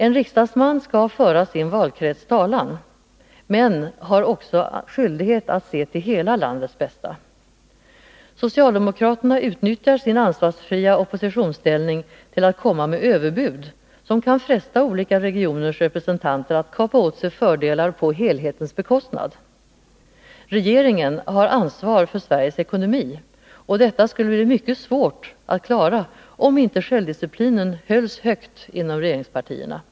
En riksdagsman skall föra sin valkrets talan men har också skyldighet att se till hela landets bästa. Socialdemokraterna utnyttjar sin ansvarsfria oppositionsställning till att komma med överbud som kan fresta olika regioners representanter att kapa åt sig fördelar på helhetens bekostnad. Regeringen har ansvar för Sveriges ekonomi, och detta skulle det bli mycket svårt att klara om inte självdisciplinen hölls högt inom regeringspartierna.